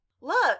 Look